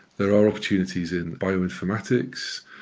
there are opportunities in bioinformatics,